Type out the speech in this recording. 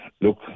look